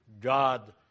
God